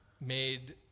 made